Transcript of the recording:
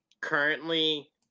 Currently